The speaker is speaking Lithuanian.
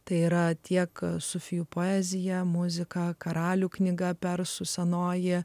tai yra tiek sufijų poeziją muziką karalių knyga persų senoji